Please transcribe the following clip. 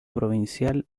provincial